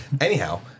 Anyhow